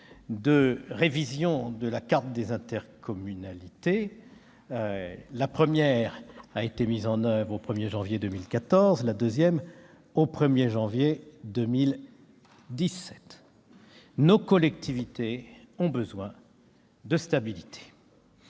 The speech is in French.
de révision de la carte des intercommunalités. La première a été mise en oeuvre au 1 janvier 2014, la seconde au 1 janvier 2017. Nos collectivités ont besoin de stabilité